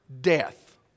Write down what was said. death